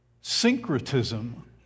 syncretism